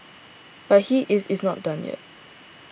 but he is is not done yet